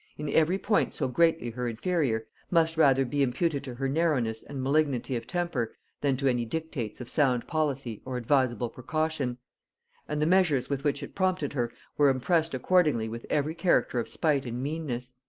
in every point so greatly her inferior, must rather be imputed to her narrowness and malignity of temper than to any dictates of sound policy or advisable precaution and the measures with which it prompted her were impressed accordingly with every character of spite and meanness.